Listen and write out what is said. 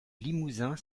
limousin